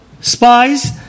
spies